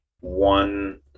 one